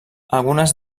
algunes